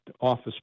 Office